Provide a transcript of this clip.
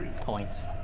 points